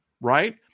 right